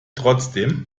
trotzdem